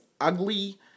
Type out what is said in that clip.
ugly